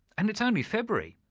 and it's only february!